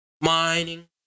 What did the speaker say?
mining